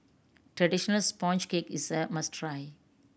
traditional sponge cake is a must try